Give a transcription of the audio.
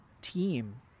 team